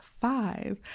five